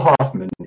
Hoffman